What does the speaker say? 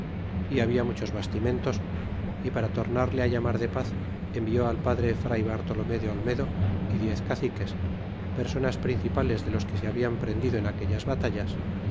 y babia muchos bastimentos y para tomarle ti llamar de paz envió al padre fray bartolome de olmedo y diez caciques personas principales de los que se habian prendido en aquellas batallas